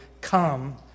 come